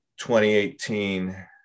2018